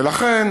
ולכן,